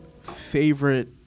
favorite